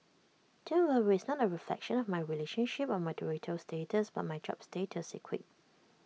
don't worry it's not A reflection of my relationship or marital status but my job status he quipped